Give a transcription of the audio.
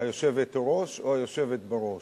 היושבת-ראש או היושבת בראש?